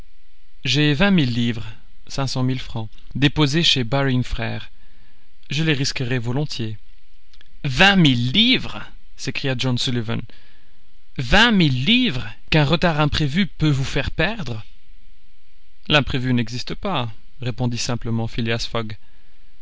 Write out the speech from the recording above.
j'ai vingt mille livres déposées chez baring frères je les risquerai volontiers vingt mille livres s'écria john sullivan vingt mille livres qu'un retard imprévu peut vous faire perdre l'imprévu n'existe pas répondit simplement phileas